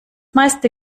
meiste